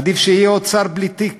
עדיף שיהיה עוד שר בלי תיק